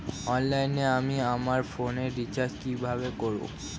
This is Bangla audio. অনলাইনে আমি আমার ফোনে রিচার্জ কিভাবে করব?